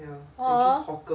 !aww!